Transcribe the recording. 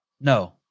No